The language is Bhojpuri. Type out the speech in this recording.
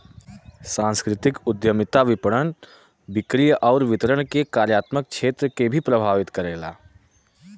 सांस्कृतिक उद्यमिता विपणन, बिक्री आउर वितरण के कार्यात्मक क्षेत्र के भी प्रभावित करला